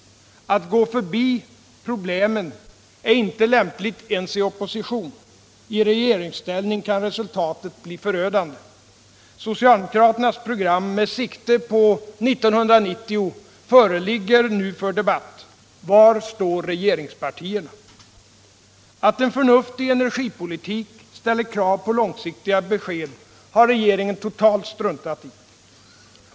Att gå förbi problemen är inte lämpligt ens i opposition. I regeringsställning kan resultatet bli förödande. Socialdemokraternas program med sikte på 1990 föreligger nu för debatt. Var står regeringspartierna? Att en förnuftig energipolitik ställer krav på långsiktiga besked har regeringen totalt struntat i.